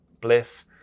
Bliss